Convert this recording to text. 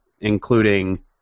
Including